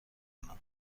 کنم